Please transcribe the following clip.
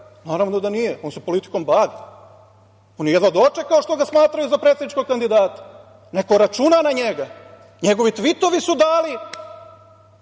Naravno da nije, on se politikom bavi. On je jedva dočekao što ga smatraju za predsedničkog kandidata. Neko računa na njega. Njegovi tvitovi su dali